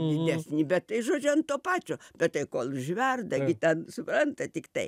didesnį bet tai žodžiu ant to pačio bet tai kol užverda gi ten suprantat tiktai